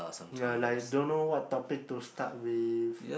the like don't know what topic to start with